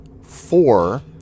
four